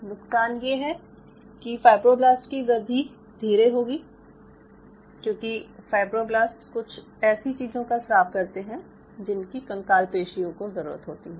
नुकसान ये है कि फायब्रोब्लास्ट की वृद्धि धीरे होगी क्यूंकि फायब्रोब्लास्ट कुछ ऐसी चीज़ों का स्राव करते हैं जिनकी कंकाल पेशियों को ज़रूरत होती है